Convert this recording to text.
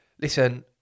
Listen